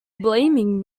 blaming